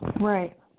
Right